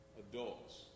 adults